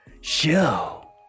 Show